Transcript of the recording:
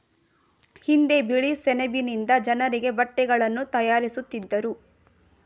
ಹಿಂದೆ ಬಿಳಿ ಸೆಣಬಿನಿಂದ ಜನರಿಗೆ ಬಟ್ಟೆಗಳನ್ನು ತಯಾರಿಸುತ್ತಿದ್ದರು